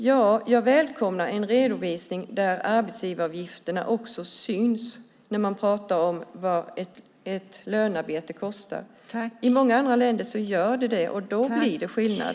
Jag välkomnar en redovisning där arbetsgivaravgifterna syns när man pratar om vad ett lönearbete kostar. I många andra länder syns det, och då blir det skillnad.